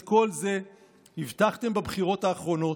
את כל זה הבטחתם בבחירות האחרונות.